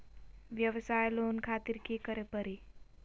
वयवसाय लोन खातिर की करे परी?